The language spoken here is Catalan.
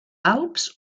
alps